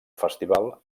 festival